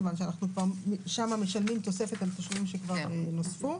כיוון שאנחנו שם משלמים תוספת על תשלומים שכבר נוספו.